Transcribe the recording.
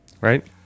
Right